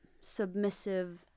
submissive